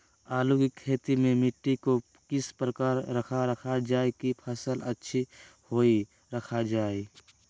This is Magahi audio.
आलू की खेती में मिट्टी को किस प्रकार रखा रखा जाए की फसल अच्छी होई रखा जाए?